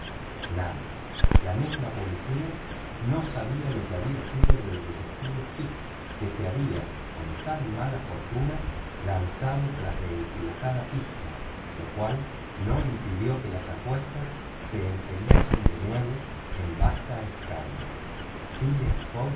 nada la misma policía no sabía lo que había sido del detective fix que se había con tan mala fortuna lanzado tras de equivocada pista lo cual no impidió que las apuestas se empeñasen de nuevo en vasta escala phileas